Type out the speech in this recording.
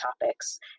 topics